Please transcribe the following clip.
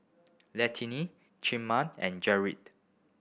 Letitia Casimer and Jered